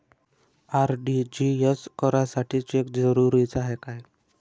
RTGS करासाठी cheque जरुरीचा हाय काय?